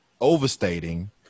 overstating